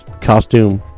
costume